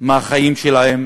מהחיים שלהם